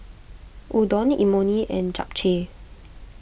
Udon Imoni and Japchae